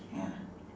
ya